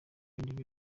ibindi